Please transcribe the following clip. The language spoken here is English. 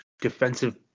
defensive